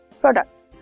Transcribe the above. products